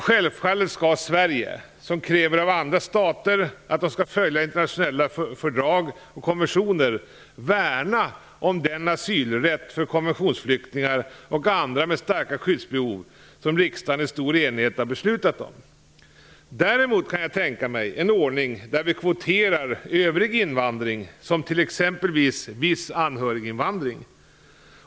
Självfallet skall Sverige - som kräver av andra stater att de skall följa internationella fördrag och konventioner - värna om den asylrätt för konventionsflyktingar och andra med starka skyddsbehov som riksdagen i stor enighet har beslutat om. Däremot kan jag tänka mig en ordning där vi kvoterar övrig invandring, som t.ex. viss anhöriginvandring.